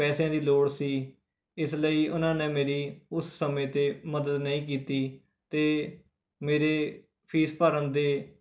ਪੈਸਿਆਂ ਦੀ ਲੋੜ ਸੀ ਇਸ ਲਈ ਉਹਨਾਂ ਨੇ ਮੇਰੀ ਉਸ ਸਮੇਂ 'ਤੇ ਮਦਦ ਨਹੀਂ ਕੀਤੀ ਅਤੇ ਮੇਰੇ ਫੀਸ ਭਰਨ ਦੇ